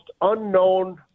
unknown